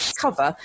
cover